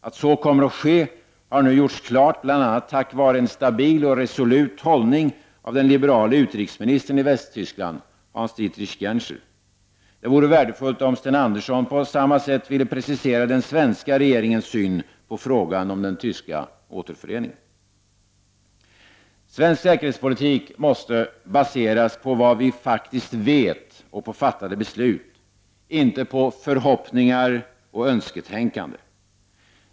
Att så kommer att ske har nu gjorts klart bl.a. tack vare en stabil och resolut hållning av den liberale utrikesministern i Västtyskland, Hans-Dietrich Genscher. Det vore värdefullt om Sten Andersson på samma sätt ville precisera den svenska regeringens syn på frågan om den tyska återföreningen. Svensk säkerhetspolitik måste baseras på vad vi faktiskt vet och på fattade beslut, inte på förhoppningar och önsketänkande.